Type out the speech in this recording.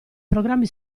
programmi